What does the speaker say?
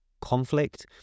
conflict